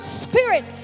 spirit